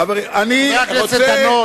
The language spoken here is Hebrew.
חבר הכנסת דנון,